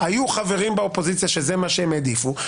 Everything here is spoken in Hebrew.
היו חברים באופוזיציה שזה מה שהם העדיפו,